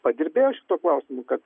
padirbėjo šituo klausimu kad